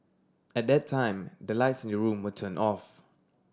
at that time the lights in the room were turned off